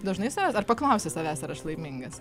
dažnai savęs ar paklausi savęs ar aš laimingas